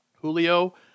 Julio